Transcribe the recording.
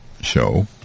show